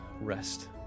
rest